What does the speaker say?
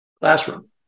Classroom